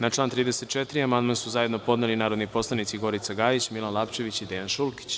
Na član 34. amandman su zajedno podneli narodni poslanici Gorica Gajić, Milan Lapčević i Dejan Šulkić.